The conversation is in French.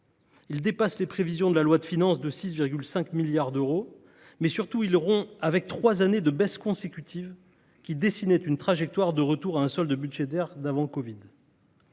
il dépasse les prévisions de la loi de finances de 6,5 milliards d’euros, mais surtout il rompt avec trois années de baisse consécutives, qui dessinaient une trajectoire de retour à un solde budgétaire d’avant covid